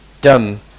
dumb